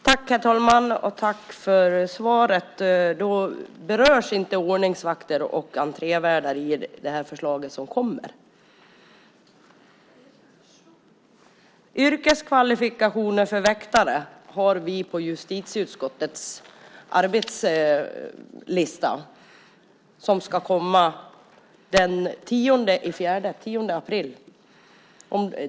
Herr talman! Tack för svaret! Då berörs inte ordningsvakter och entrévärdar av det förslag som kommer. Vi har yrkeskvalifikationer för väktare på justitieutskottets arbetslista. Det ska komma den 10 april.